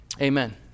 amen